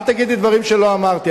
אל תגידי דברים שלא אמרתי.